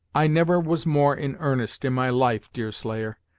i never was more in earnest, in my life, deerslayer,